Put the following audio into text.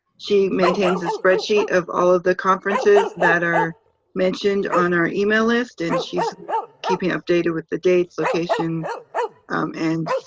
she maintains a spreadsheet of all of the conferences that are mentioned on our email list and she's keeping updated with the dates, location and